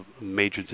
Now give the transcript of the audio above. major